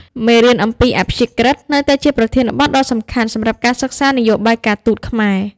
មេរៀនអំពីអព្យាក្រឹតភាពនៅតែជាប្រធានបទដ៏សំខាន់សម្រាប់ការសិក្សានយោបាយការទូតខ្មែរ។